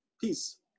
peace